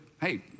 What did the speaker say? hey